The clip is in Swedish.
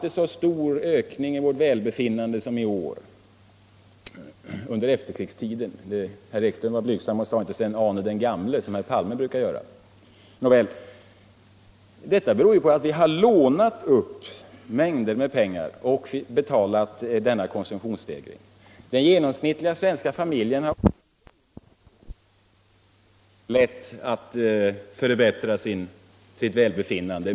En så stor ökning i vårt välbefinnande som i år har vi inte haft under hela efterkrigstiden, sade herr Ekström. Han var blygsam och sade inte ”sedan Ane den gamle”, som herr Palme brukar göra. Men detta beror ju på att vi har lånat upp mängder med pengar för att betala konsumtionsstegringen. Den genomsnittliga svenska familjen har ådragits en skuld i utlandet på ungefär 10 000 kr. Det är klart att på det viset är det lätt att förbättra sitt välbefinnande.